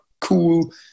cool